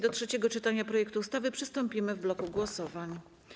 Do trzeciego czytania projektu ustawy przystąpimy w bloku głosowań.